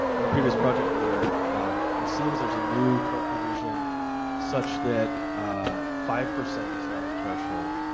on a previous project where it seems there's a new code provision such that five percent is now the threshold